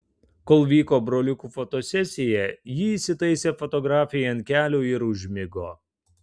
kol vyko broliukų fotosesija ji įsitaisė fotografei ant kelių ir užmigo